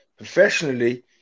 Professionally